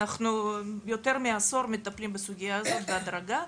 יותר מעשור אנחנו מטפלים בסוגיה הזאת בהדרגה.